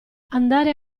andare